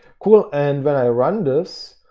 cool. and when i run this,